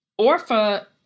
Orpha